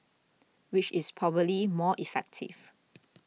which is probably more effective